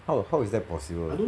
how how is that possible